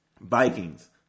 vikings